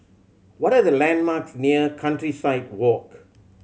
what are the landmarks near Countryside Walk